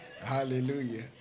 Hallelujah